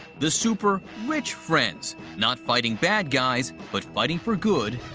the super rich friends, not fighting bad guys, but fighting for good,